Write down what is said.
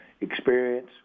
experience